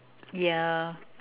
ya